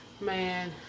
Man